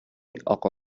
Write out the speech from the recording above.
اقا